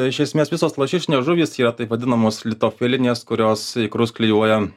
iš esmės visos lašišinės žuvys yra taip vadinamos litofilinės kurios ikrus klijuoja